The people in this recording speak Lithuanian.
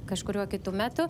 kažkuriuo kitu metu